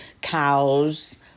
cows